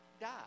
die